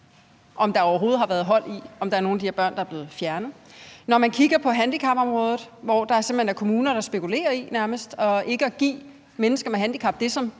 om der overhovedet har været hold i, at nogle af de her børn er blevet fjernet; når man kigger på handicapområdet, hvor der simpelt hen er kommuner, der nærmest spekulerer i ikke at give mennesker med handicap det, som